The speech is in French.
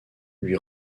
lui